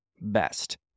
best